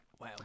Wow